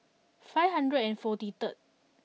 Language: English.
five hundred and forty third